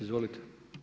Izvolite.